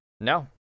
No